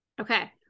Okay